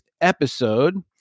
episode